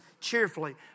cheerfully